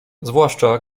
zwłaszcza